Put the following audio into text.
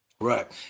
Right